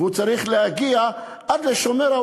והוא צריך להגיע עד לשומרה,